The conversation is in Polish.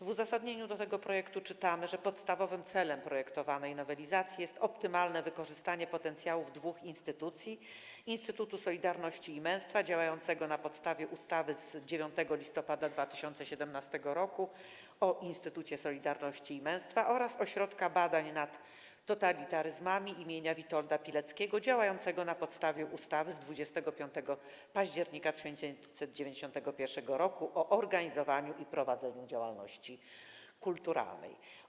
W uzasadnieniu tego projektu czytamy, że podstawowym celem projektowanej nowelizacji jest optymalne wykorzystanie potencjałów dwóch instytucji: Instytutu Solidarności i Męstwa, działającego na podstawie ustawy z 9 listopada 2017 r. o Instytucie Solidarności i Męstwa, oraz Ośrodka Badań nad Totalitaryzmami im. Witolda Pileckiego, działającego na podstawie ustawy z 25 października 1991 r. o organizowaniu i prowadzeniu działalności kulturalnej.